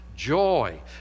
Joy